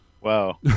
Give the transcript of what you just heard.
wow